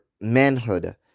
manhood